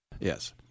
Yes